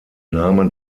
name